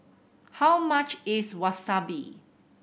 how much is Wasabi